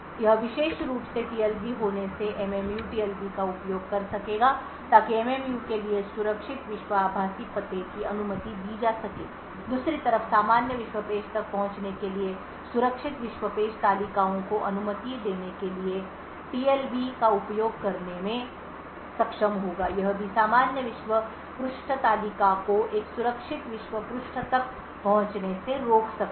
यह विशेष रूप से टीएलबी होने से एमएमयू टीएलबी का उपयोग कर सकेगा ताकि एमएमयू के लिए सुरक्षित विश्व आभासी पते की अनुमति दी जा सके दूसरी तरफ सामान्य विश्व पेज तक पहुंचने के लिए सुरक्षित विश्व पेज तालिकाओं को अनुमति देने के लिए टीएलबी का उपयोग करने में सक्षम होगा यह भी सामान्य विश्व पृष्ठ तालिका को एक सुरक्षित विश्व पृष्ठ तक पहुँचने से रोक सकता है